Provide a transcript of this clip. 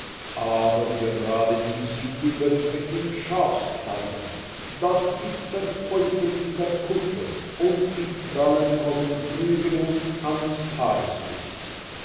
aber gerade dies sind die wölfe in schafskleidern das ist der teufel in der kutte und die krallen kommen frühe genug ans tageslicht